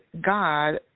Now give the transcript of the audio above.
God